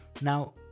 now